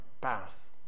path